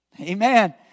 Amen